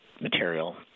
material